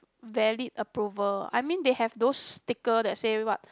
valid approval I mean they have those stickers that say what